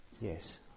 Yes